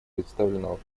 представленного